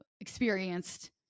experienced